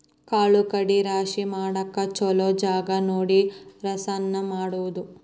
ಕಾಳು ಕಡಿ ರಾಶಿ ಮಾಡಾಕ ಚುಲೊ ಜಗಾ ನೋಡಿ ಹಸನ ಮಾಡುದು